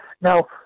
Now